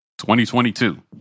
2022